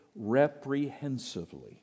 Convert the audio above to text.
reprehensively